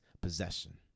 possession